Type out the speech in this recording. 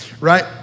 right